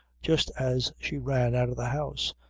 just as she ran out of the house,